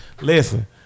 Listen